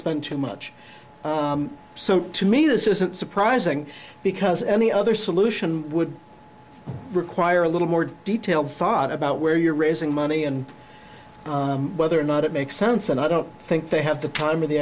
spend too much so to me this isn't surprising because any other solution would require a little more detailed thought about where you're raising money and whether or not it makes sense and i don't think they have the time or the